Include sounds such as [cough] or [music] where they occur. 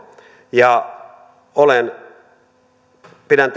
ja pidän [unintelligible]